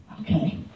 Okay